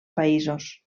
països